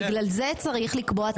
בגלל זה צריך לקבוע תקופות,